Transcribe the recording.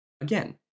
again